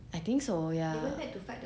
I think so ya